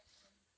time poly